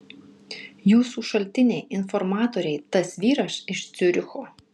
jūsų šaltiniai informatoriai tas vyras iš ciuricho